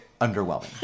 underwhelming